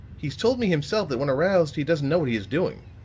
he's told me himself that when aroused he doesn't know what he is doing.